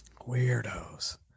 weirdos